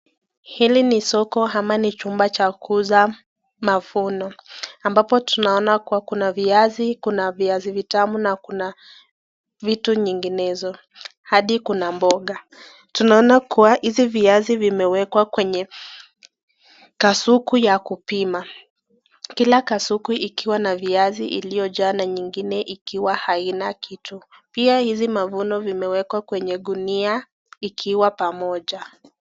Hili ni soko ama chumba pa kuuza mavuno, ambapo tunaona kua kuna viazi, viazi vtamu na kuna vitu vinginezo hadi kuna mboga. Tunaona kua hili viazi imewekwa kwenye kasuku ya kupima. Kila kasuku ikiwa na viazi iliyojaa na ingine ikiwa haina kitu. Pia hizi mavuno imewekwa kwenye gunia ikiwa pamoja.